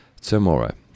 tomorrow